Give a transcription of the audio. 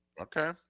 Okay